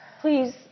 Please